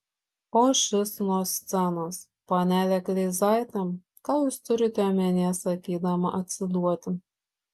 o šis nuo scenos panele kleizaite ką jūs turite omenyje sakydama atsiduoti